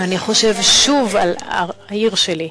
ואני חושב שוב על העיר שלי.